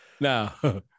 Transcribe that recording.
Now